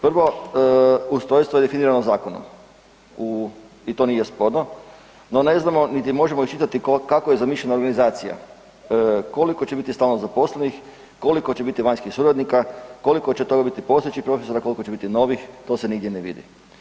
Prvo, ustrojstvo definirano zakonom i to nije sporno, no ne znamo niti možemo iščitati kako je zamišljena organizacija, koliko će biti stalno zaposlenih, koliko će biti vanjskih suradnika, koliko će od toga biti postojećih profesora, koliko će biti novih to se nigdje ne vidi?